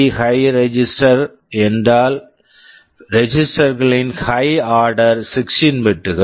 high high register register என்றால் register register களின் high order high order 16 bits bits கள்